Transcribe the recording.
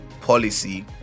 policy